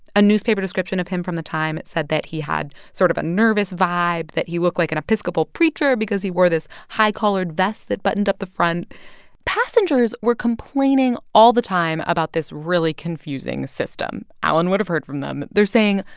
a newspaper description of him from the time said that he had sort of a nervous vibe, that he looked like an episcopal preacher because he wore this high-collared vest that buttoned up the front passengers were complaining all the time about this really confusing system. allen would have heard from them. they're saying,